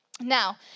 Now